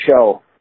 show